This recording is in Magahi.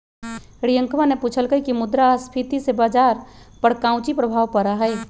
रियंकवा ने पूछल कई की मुद्रास्फीति से बाजार पर काउची प्रभाव पड़ा हई?